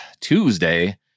Tuesday